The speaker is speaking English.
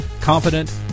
confident